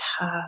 tough